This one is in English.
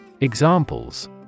examples